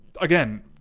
again